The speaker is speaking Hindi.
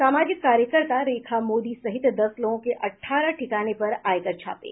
सामाजिक कार्यकर्ता रेखा मोदी सहित दस लोगों के अठारह ठिकाने पर आयकर छापे